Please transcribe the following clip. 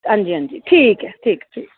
हां जी हां जी ठीक ऐ ठीक ऐ ठीक ऐ